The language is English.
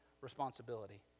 responsibility